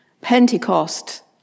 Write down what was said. Pentecost